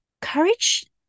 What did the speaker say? courage